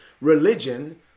Religion